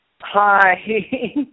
Hi